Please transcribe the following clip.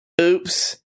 Oops